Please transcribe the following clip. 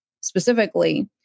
specifically